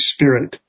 Spirit